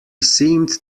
seemed